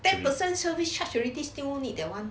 ten percent service charge already still need that [one]